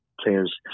players